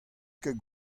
ket